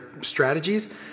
strategies